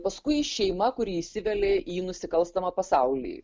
paskui šeima kuri įsivelia į nusikalstamą pasaulį